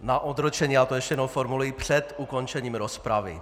Na odročení já to ještě jednou zformuluji před ukončením rozpravy.